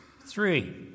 Three